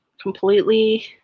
completely